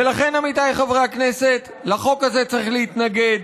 ולכן, עמיתיי חברי הכנסת, לחוק הזה צריך להתנגד.